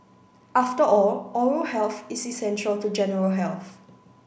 after all oral health is essential to general health